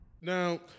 Now